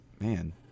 man